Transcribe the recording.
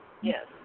Yes